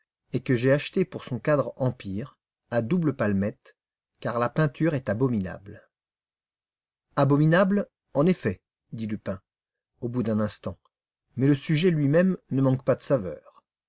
et que j'ai acheté pour son cadre empire à doubles palmettes car la peinture est abominable abominable en effet dit lupin au bout d'un instant mais le sujet lui-même ne manque pas de saveur